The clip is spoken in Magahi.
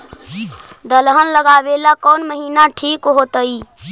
दलहन लगाबेला कौन महिना ठिक होतइ?